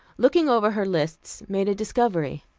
looking over her lists, made a discovery.